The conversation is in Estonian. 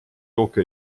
jooke